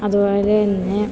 അതുപോലെത്തന്നെ